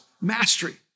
mastery